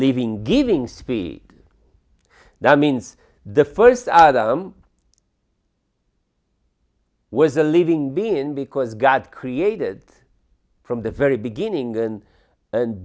living giving speed that means the first adam was a living being because god created from the very beginning and